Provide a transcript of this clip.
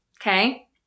okay